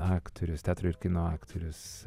aktorius teatro ir kino aktorius